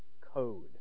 code